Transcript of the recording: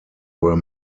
were